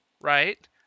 right